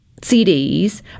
cds